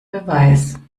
beweis